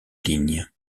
ligne